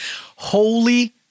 Holy